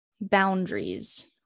boundaries